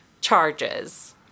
charges